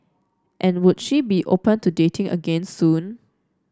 and would she be open to dating again soon